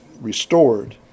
restored